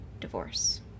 divorce